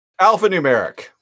Alphanumeric